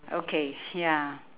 okay ya